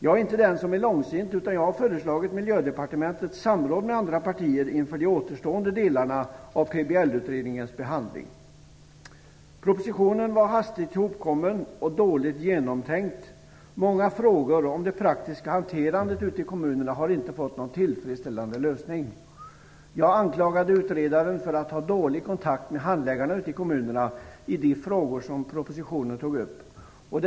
Jag är inte den som är långsint, utan jag har föreslagit Miljödepartementet samråd med andra partier inför de återstående delarna av PBL-utredningens behandling. Propositionen var hastigt ihopkommen och dåligt genomtänkt. Många frågor om det praktiska hanterandet ute i kommunerna har inte fått någon tillfredsställande lösning. Jag anklagade utredaren för att ha dålig kontakt med handläggarna ute i kommunerna i de frågor som togs upp i propositionen.